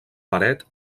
paret